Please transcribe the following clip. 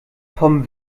vom